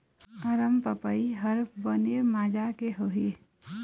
अरमपपई हर बने माजा के होही?